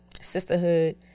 sisterhood